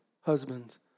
husbands